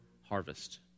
harvest